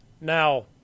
Now